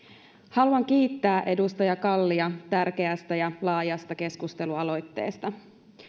haluan kiittää edustaja kallia tärkeästä ja laajasta keskustelualoitteesta